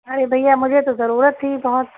ارے بھیا مجھے تو ضرورت تھی بہت